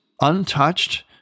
untouched